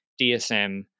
DSM